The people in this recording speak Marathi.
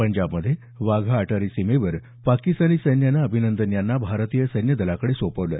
पंजाबमध्ये वाघा अटारी सीमेवर पाकिस्तानी सैन्यानं अभिनंदन यांना भारतीय सैन्यदलाकडे सोपवलं